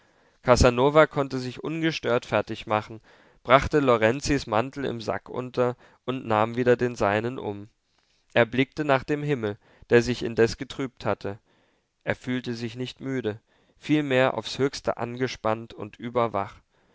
casanova konnte sich ungestört fertigmachen brachte lorenzis mantel im sack unter und nahm wieder den seinen um er blickte nach dem himmel der sich indes getrübt hatte er fühlte sich nicht müde vielmehr aufs höchste angespannt und überwach